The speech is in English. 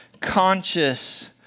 conscious